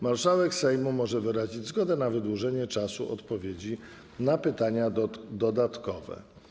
Marszałek Sejmu może wyrazić zgodę na wydłużenie czasu odpowiedzi na pytanie dodatkowe.